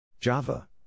Java